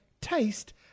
taste